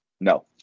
No